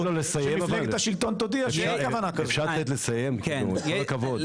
אם מפלגת השלטון שאין כוונה --- עם כל הכבוד,